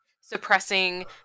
suppressing